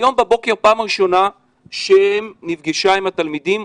היום בבוקר פעם ראשונה שהיא נפגשה עם התלמידים,